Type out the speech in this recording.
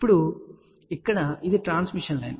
ఇప్పుడు ఇక్కడ ఇది ట్రాన్స్మిషన్ లైన్